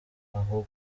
aho